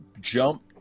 jump